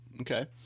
Okay